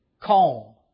calm